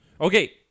Okay